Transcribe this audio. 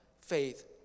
faith